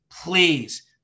please